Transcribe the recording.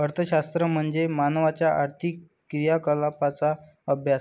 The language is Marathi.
अर्थशास्त्र म्हणजे मानवाच्या आर्थिक क्रियाकलापांचा अभ्यास